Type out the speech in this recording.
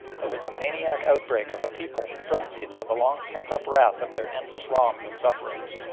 that was the maniac outbreak of a people frenzied by the long pent-up wrath of their endless wrongs and sufferings,